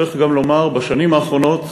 צריך גם לומר בשנים האחרונות,